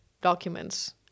Documents